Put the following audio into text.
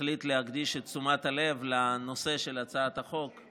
החליט להקדיש את תשומת הלב לנושא של הצעת החוק.